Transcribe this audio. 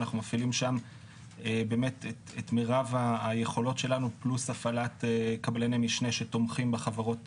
אנחנו מפעילים את מירב היכולות שלנו פלוס הפעלת קבלני משנה שתומכים בחברות